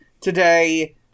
today